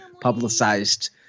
publicized